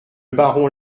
baron